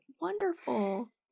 wonderful